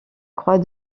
croix